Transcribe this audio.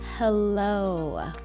Hello